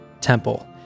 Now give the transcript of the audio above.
temple